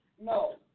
No